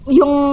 yung